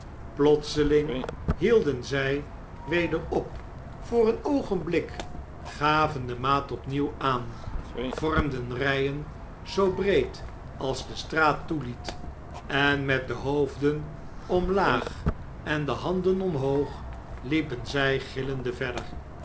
plotseling hielden zg weder op voor een oogenblik gaven de maat opnieuw aan vormden rpn zoo breed als de straat toeliet en met de hoofden omlaag en de handen omhoog liepen zjj gillende verder